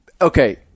okay